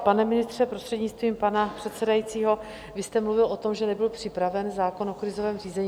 Pane ministře, prostřednictvím pana předsedajícího, vy jste mluvil o tom, že nebyl připraven zákon o krizovém řízení.